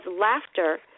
laughter